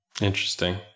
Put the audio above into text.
Interesting